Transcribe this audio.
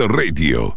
radio